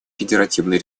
федеративной